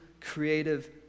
creative